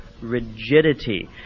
rigidity